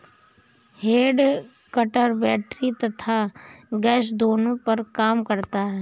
head cutter battery तथा gas दोनों पर काम करता है